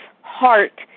heart